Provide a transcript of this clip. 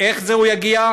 איך הוא יגיע?